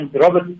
Robert